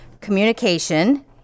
communication